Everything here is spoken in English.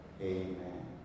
Amen